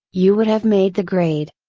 you would have made the grade?